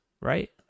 right